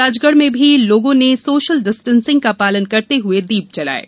राजगढ़ में भी लोगों ने सोशल डिस्टेटिंग का पालन करते हुए दीप जलाये